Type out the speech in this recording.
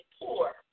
poor